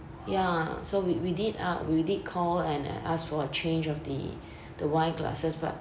ya so we we did ah we did call and and ask for change of the the wine glasses but